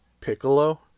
Piccolo